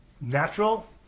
natural